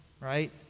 right